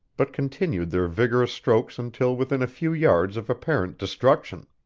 but continued their vigorous strokes until within a few yards of apparent destruction.